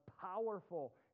powerful